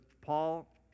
Paul